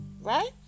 Right